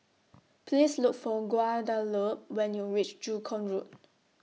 Please Look For Guadalupe when YOU REACH Joo Koon Road